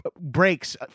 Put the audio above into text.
breaks